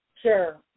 Sure